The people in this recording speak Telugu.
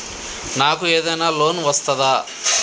నాకు ఏదైనా లోన్ వస్తదా?